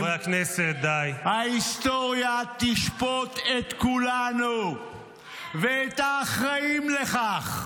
ההיסטוריה תשפוט את כולנו ואת האחראים לכך.